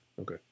Okay